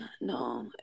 no